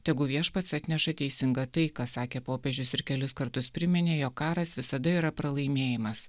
tegu viešpats atneša teisingą taiką sakė popiežius ir kelis kartus priminė jog karas visada yra pralaimėjimas